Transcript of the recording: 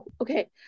okay